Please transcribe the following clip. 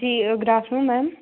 ji good afternoon ma'am